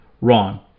Wrong